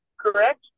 correct